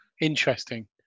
Interesting